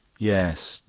yes,